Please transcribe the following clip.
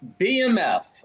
BMF